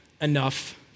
enough